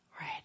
right